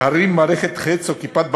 להרים מערכת "חץ" או "כיפת ברזל"?